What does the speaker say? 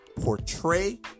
portray